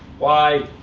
why?